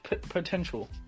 potential